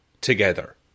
together